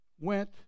went